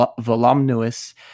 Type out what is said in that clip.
voluminous